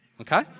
okay